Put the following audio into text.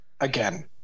Again